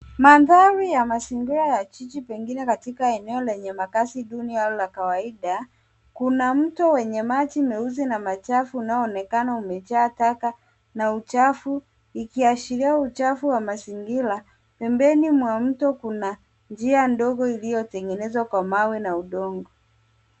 Mandhari ya mazingira ya jiji, pengine katika eneo lenye makaazi duni au la kawaida. Kuna mto wenye maji meusi na machafu unaonekana umejaa taka na uchafu, ikiashiria uchafu wa mazingira. Pembeni mwa mto, kuna njia ndogo iliyotengenezwa kwa mawe na udongo.